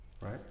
right